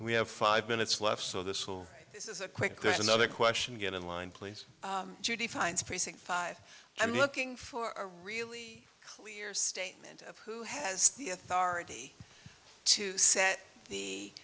we have five minutes left so this will this is a quick there's another question get in line please judy finds precinct five i'm looking for a really clear statement of who has the authority to set the